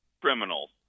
criminals